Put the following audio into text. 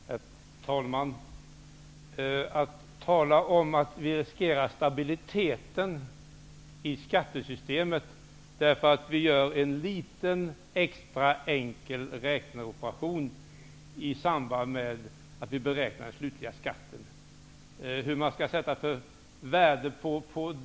Herr talman! Gunnar Nilsson talar om att vi riskerar stabiliteten i skattesystemet. Hur kan man säga så därför att vi gör en liten extra enkel räkneoperation i samband med att vi beräknar den slutliga skatten?